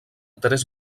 tres